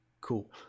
cool